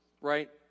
Right